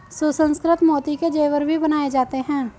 सुसंस्कृत मोती के जेवर भी बनाए जाते हैं